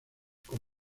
con